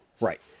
Right